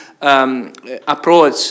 approach